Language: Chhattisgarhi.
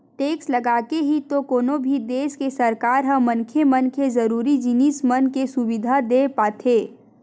टेक्स लगाके ही तो कोनो भी देस के सरकार ह मनखे मन के जरुरी जिनिस मन के सुबिधा देय पाथे